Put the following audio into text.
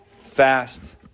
fast